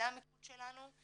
זה המיקוד שלנו,